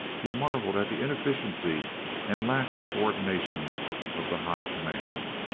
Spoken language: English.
he marvelled at the inefficiency and lack of coordination of the high command.